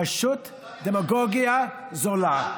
פשוט דמגוגיה זולה,